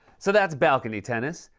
so that's balcony tennis,